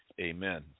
Amen